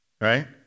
right